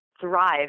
thrive